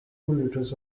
liters